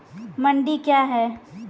मंडी क्या हैं?